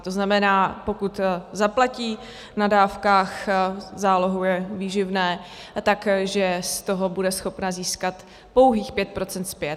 To znamená, pokud zaplatí na dávkách, zálohuje výživné, tak že z toho bude schopna získat pouhých 5 % zpět.